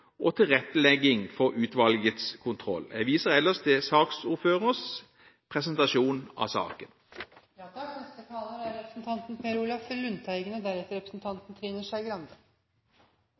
og sin tilrettelegging for utvalgets kontroll. Jeg viser ellers til saksordførerens presentasjon av saken. Overvåking er viktig og alvorlig, og det er